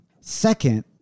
Second